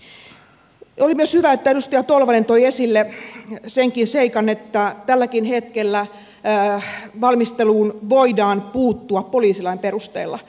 oli myös hyvä että edustaja tolvanen toi esille senkin seikan että tälläkin hetkellä valmisteluun voidaan puuttua poliisilain perusteella